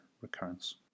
recurrence